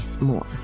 more